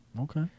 Okay